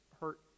hurt